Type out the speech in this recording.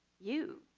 you.